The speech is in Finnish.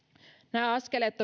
nämä askeleet